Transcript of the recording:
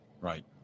Right